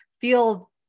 feel